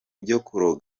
ariko